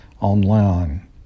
online